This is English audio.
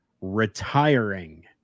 retiring